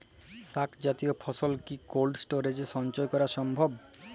শাক জাতীয় ফসল কি কোল্ড স্টোরেজে সঞ্চয় করা সম্ভব?